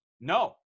No